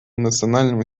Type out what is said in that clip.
национальному